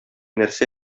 нәрсә